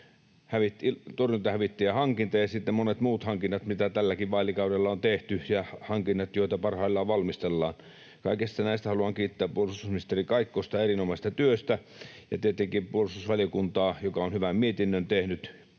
torjuntahävittäjähankinta ja sitten monet muut hankinnat, mitä tälläkin vaalikaudella on tehty, ja hankinnat, joita parhaillaan valmistellaan. Kaikista näistä haluan kiittää puolustusministeri Kaikkosta erinomaisesta työstä ja tietenkin puolustusvaliokuntaa, joka on hyvän mietinnön tehnyt,